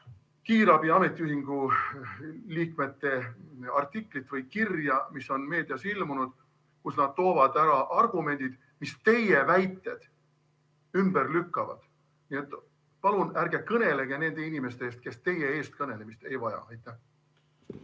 kiirabi ametiühingu liikmete kirja, mis on meedias ilmunud, kus nad toovad välja argumendid, mis teie väited ümber lükkavad. Palun ärge kõnelege nende inimeste eest, kes teie eestkõnelemist ei vaja. Aitäh!